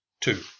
two